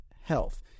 health